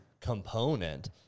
component